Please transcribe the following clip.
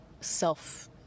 self